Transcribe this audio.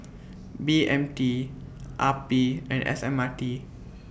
B M T R P and S M R T